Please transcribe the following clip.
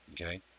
okay